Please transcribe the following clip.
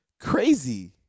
Crazy